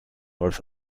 north